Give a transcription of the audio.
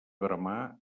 veremar